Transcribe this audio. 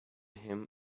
him